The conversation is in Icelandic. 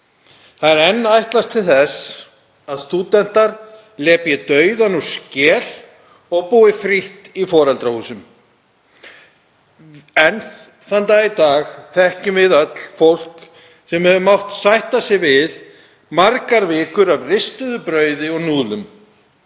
Það er enn ætlast til þess að stúdentar lepji dauðann úr skel og búi frítt í foreldrahúsum. Enn þann dag í dag þekkjum við öll fólk sem hefur mátt sætta sig við margar vikur af ristuðu brauði og núðlum